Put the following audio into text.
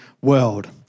world